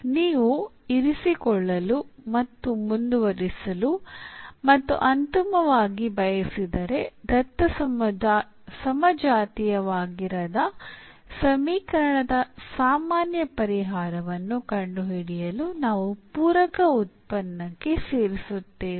ನೀವು ಇರಿಸಿಕೊಳ್ಳಲು ಮತ್ತು ಮುಂದುವರಿಸಲು ಮತ್ತು ಅಂತಿಮವಾಗಿ ಬಯಸಿದರೆ ದತ್ತ ಸಮಜಾತೀಯವಾಗಿರದ ಸಮೀಕರಣದ ಸಾಮಾನ್ಯ ಪರಿಹಾರವನ್ನು ಕಂಡುಹಿಡಿಯಲು ನಾವು ಪೂರಕ ಉತ್ಪನ್ನಕ್ಕೆ ಸೇರಿಸುತ್ತೇವೆ